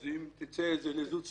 אז אם תצא לזות שפתיים,